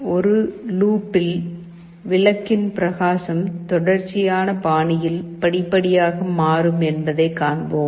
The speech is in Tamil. எனவே ஒரு லூப்பில் விளக்கின் பிரகாசம் தொடர்ச்சியான பாணியில் படிப்படியாக மாறும் என்பதை காண்போம்